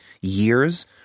years